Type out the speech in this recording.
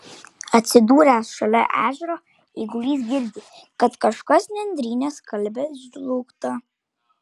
atsidūręs šalia ežero eigulys girdi kad kažkas nendryne skalbia žlugtą